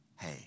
Hey